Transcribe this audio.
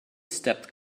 stepped